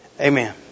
Amen